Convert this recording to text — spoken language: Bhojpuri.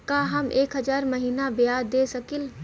का हम एक हज़ार महीना ब्याज दे सकील?